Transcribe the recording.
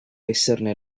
esserne